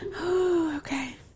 Okay